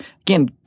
Again